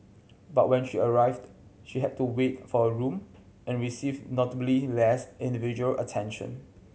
but when she arrived she had to wait for a room and received notably less individual attention